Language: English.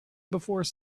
before